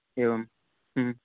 एवं